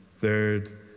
third